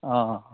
অঁ